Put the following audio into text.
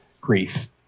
grief